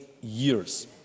years